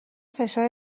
فشار